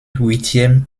huitième